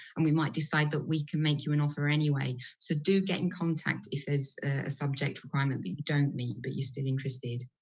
and we might decide that we can make you an offer anyway. so do get in contact if there's a subject requirement that you don't meet but you're still interested.